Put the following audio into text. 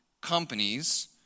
companies